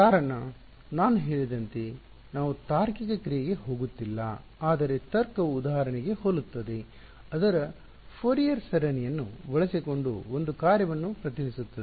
ಆದ್ದರಿಂದ ಕಾರಣ ಆದ್ದರಿಂದ ನಾನು ಹೇಳಿದಂತೆ ನಾವು ತಾರ್ಕಿಕ ಕ್ರಿಯೆಗೆ ಹೋಗುತ್ತಿಲ್ಲ ಆದರೆ ತರ್ಕವು ಉದಾಹರಣೆಗೆ ಹೋಲುತ್ತದೆ ಅದರ ಫೋರಿಯರ್ ಸರಣಿಯನ್ನು ಬಳಸಿಕೊಂಡು ಒಂದು ಕಾರ್ಯವನ್ನು ಪ್ರತಿನಿಧಿಸುತ್ತದೆ